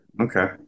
Okay